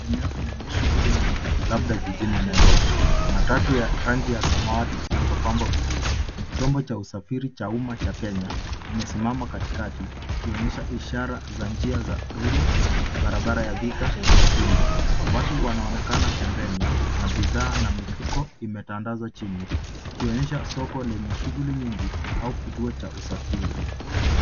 Eneo lenye shughuli nyingi labda jijini Nairobi. Matatu ya rangi ya samawati iliyopambwa vizuri (chombo cha usafiri cha umma cha Kenya), imesimama katikati ikionyesha ishara za njia za Ruiru, barabara ya Thika na Kimbo. Watu wanaonekana pembeni na bidhaa na mifuko imetandazwa chini, ikionyesha soko lenye shughuli nyingi au kituo cha usafiri.